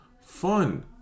fun